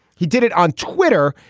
he did it on twitter.